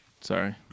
Sorry